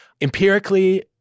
Empirically